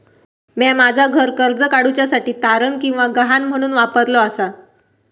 म्या माझा घर कर्ज काडुच्या साठी तारण किंवा गहाण म्हणून वापरलो आसा